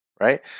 right